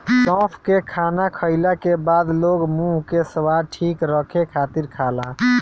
सौंफ के खाना खाईला के बाद लोग मुंह के स्वाद ठीक रखे खातिर खाला